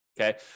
okay